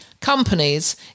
companies